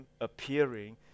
appearing